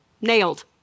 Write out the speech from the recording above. Nailed